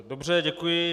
Dobře, děkuji.